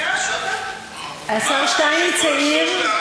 השר שטייניץ העיר,